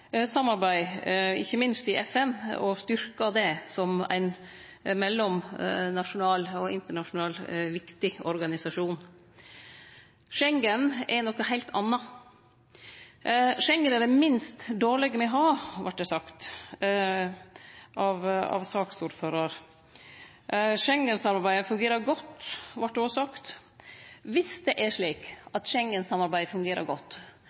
samarbeid, ikkje minst i FN, og styrkje det som ein mellomnasjonal og internasjonalt viktig organisasjon. Schengen er noko heilt anna. Schengen er det minst dårlege me har, vart det sagt av saksordføraren. Schengen-samarbeidet fungerer godt, vart det òg sagt. Viss det er slik at Schengen-samarbeidet fungerer godt,